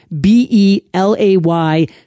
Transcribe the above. b-e-l-a-y